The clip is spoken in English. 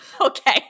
okay